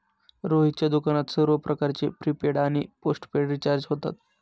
रोहितच्या दुकानात सर्व प्रकारचे प्रीपेड आणि पोस्टपेड रिचार्ज होतात